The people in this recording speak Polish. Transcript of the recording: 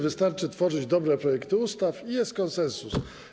Wystarczy tworzyć dobre projekty ustaw i jest konsensus.